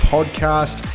Podcast